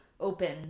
open